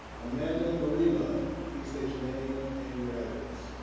amanda marie love, please state your name and your address.